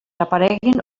apareguin